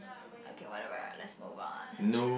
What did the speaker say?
okay whatever let's move on